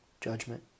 judgment